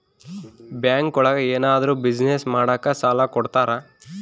bank ಒಳಗ ಏನಾದ್ರೂ business ಮಾಡಾಕ ಸಾಲ ಕೊಡ್ತಾರ